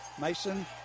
Mason